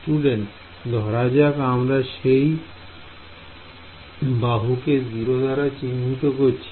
Student ধরা যাক আমরা সেই বাহু কে 0 দাঁড়া চিহ্নিত করছি